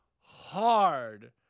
hard